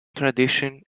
tradition